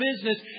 business